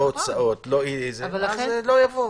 לא הוצאות - לא יבואו.